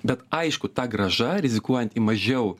bet aišku ta grąža rizikuojant į mažiau